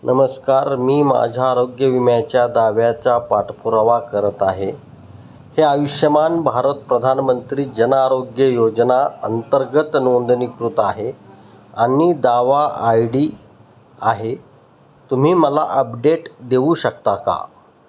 नमस्कार मी माझ्या आरोग्य विम्याच्या दाव्याचा पाठपुरावा करत आहे हे आयुष्यमान भारत प्रधानमंत्री जन आरोग्य योजना अंतर्गत नोंदणीकृत आहे आणि दावा आय डी आहे तुम्ही मला अपडेट देऊ शकता का